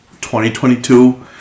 2022